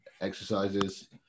exercises